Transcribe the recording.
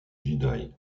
jedi